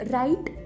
right